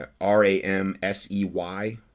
R-A-M-S-E-Y